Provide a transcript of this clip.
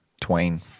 twain